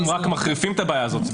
שם הם רק מחריפים את הבעיה הזאת.